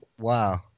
Wow